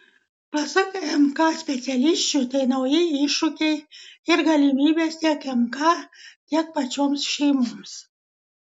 pasak mk specialisčių tai nauji iššūkiai ir galimybės tiek mk tiek pačioms šeimoms